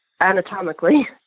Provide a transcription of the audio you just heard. anatomically